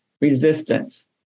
resistance